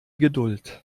geduld